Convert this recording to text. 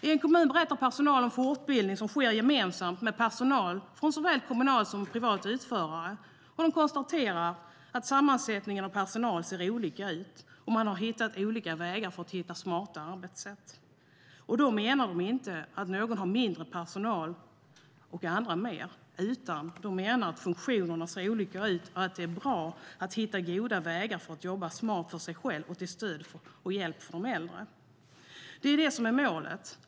I en kommun berättar personal om fortbildning som sker gemensamt med personal från såväl kommunala som privata utförare. De konstaterar att sammansättningen av personal ser olika ut, och man har hittat olika vägar för att hitta smarta arbetssätt. Då menar de inte att några har mindre personal och andra mer, utan de menar att funktionerna ser olika ut och att det är bra att hitta goda vägar för att jobba smart för sig själv med stöd och hjälp till de äldre. Det är ju det som är målet.